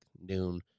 noon